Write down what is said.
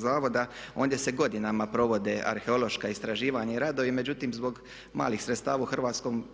zavoda ondje se godinama provode arheološka istraživanja i radovi, međutim zbog malih sredstava u Hrvatskom